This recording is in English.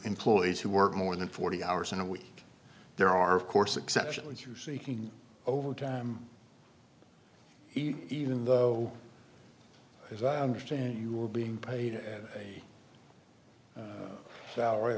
employees who work more than forty hours in a week there are of course exceptionally through seeking overtime even though as i understand you were being paid a salary